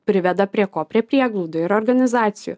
priveda prie ko prie prieglaudų ir organizacijų